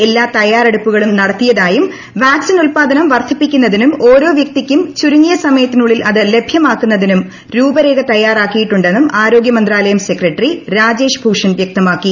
എല്ലാ തയ്യാറെടുപ്പുകളും നടത്തിയതായും വാക്സിൻ ഉല്പാദനം വർദ്ധിപ്പിക്കുന്നതിനും ഓരോ വൃക്തിക്കും ചുരുങ്ങിയ സമയത്തിനുള്ളിൽ അത് ലഭൃമാക്കുന്നതിനും രൂപരേഖ തയ്യാറാക്കിയിട്ടുണ്ടെന്നും ആരോഗ്യമന്ത്രാലയം സെക്രട്ടറി രാജേഷ് ഭൂഷൺ വൃക്തമാക്കി